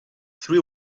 three